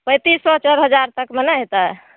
पैंतीस सए चारि हजार तकमे नहि हेतै